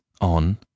on